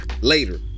later